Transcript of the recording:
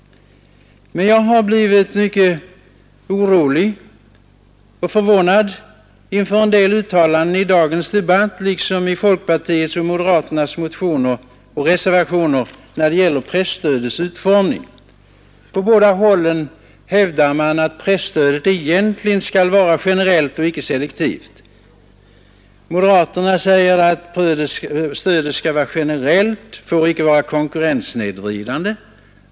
Men jag har blivit mycket orolig och förvånad inför en del uttalanden i dagens debatt liksom i folkpartiets och moderaternas motioner och reservationer när det gäller presstödets utformning. På båda håll hävdas att presstödet egentligen skall vara generellt och icke selektivt. Moderaterna säger att stödet skall vara generellt — får icke vara konkurrenssnedvridande.